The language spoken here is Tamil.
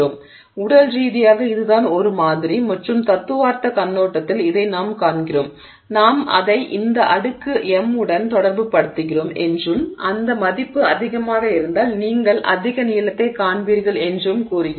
எனவே உடல் ரீதியாக இதுதான் ஒரு மாதிரி மற்றும் தத்துவார்த்த கண்ணோட்டத்தில் இதை நாம் காண்கிறோம் நாம் அதை இந்த அடுக்கு m உடன் தொடர்புபடுத்துகிறோம் என்றும் அந்த மதிப்பு அதிகமாக இருந்தால் நீங்கள் அதிக நீளத்தைக் காண்பீர்கள் என்றும் கூறுகிறோம்